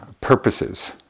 purposes